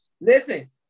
listen